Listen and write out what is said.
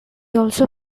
also